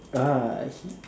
ah